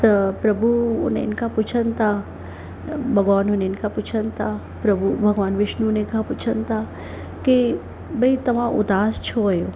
त प्रभु उन्हनि खां पुछनि त भॻवानु हुननि खां पुछनि था प्रभु भॻवानु विष्णु उन्हनि खां पुछनि था के भई तव्हां उदासु छो आहियो